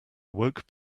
awoke